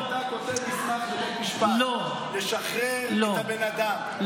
כשאתה כותב מסמך לבית משפט: לשחרר את הבן אדם,